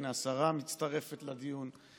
הינה השרה מצטרפת לדיון: